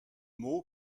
mots